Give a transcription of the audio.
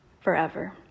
forever